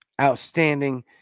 Outstanding